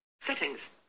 Settings